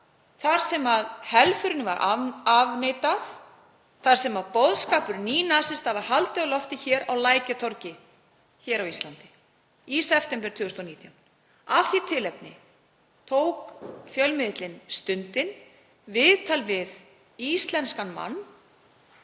þar sem helförinni var afneitað, þar sem boðskap nýnasista var haldið á lofti — á Lækjartorgi hér á Íslandi í september 2019. Af því tilefni tók fjölmiðillinn Stundin viðtal við íslenskan mann